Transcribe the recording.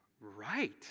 right